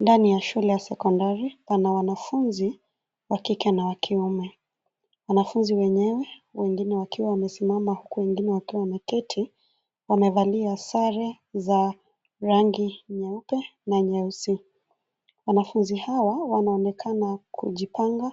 Ndani ya shule ya sekondari, pana wanafunzi, wa kike na wa kiume, wanafunzi wenyewe, wengine wakiwa wamesimama huku wengine wakiwa wameketi, wamevalia sare, za, rangi nyeupe, na nyeusi, wanafunzi hawa wanaonekana kujipanga,